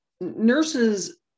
nurses